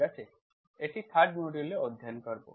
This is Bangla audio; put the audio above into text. ঠিক আছে এটি 3rd মডিউল এ অধ্যয়ন করব